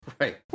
right